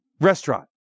restaurant